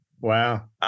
Wow